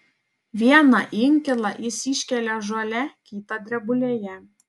vieną inkilą jis iškelia ąžuole kitą drebulėje